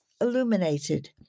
illuminated